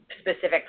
specific